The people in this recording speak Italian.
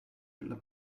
della